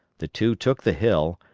the two took the hill,